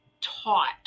taught